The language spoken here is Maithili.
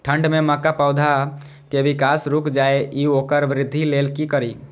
ठंढ में मक्का पौधा के विकास रूक जाय इ वोकर वृद्धि लेल कि करी?